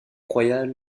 royale